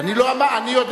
אני יודע?